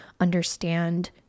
understand